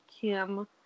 Kim